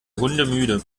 hundemüde